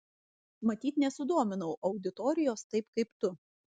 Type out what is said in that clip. matyt nesudominau auditorijos taip kaip tu